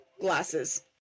glasses